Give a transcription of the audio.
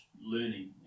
learning